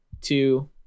two